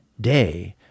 day